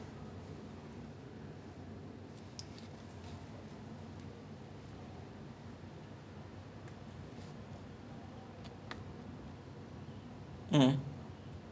ya ya so like in secondary school lah இருக்கும்போது:irukkumpothu my have like weekly ritual lah ஒவ்வரு:ovvaru friday uh வீட்டுக்கு வந்து அம்மாவு~ அம்மாவோட உக்காந்துட்டு அம்மாவு~:veetukku vanthu ammavu~ ammavoda ukkaanthuttu ammavu~ make like baji or jalebi that kind we just sit down we watch one old movie we enjoy